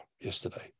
yesterday